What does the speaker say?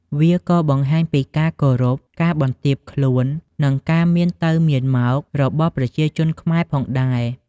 វាក៏បង្ហាញពីការគោរព ការបន្ទាបខ្លួន និងការមានទៅមានមករបស់ប្រជាជនខ្មែរផងដែរ។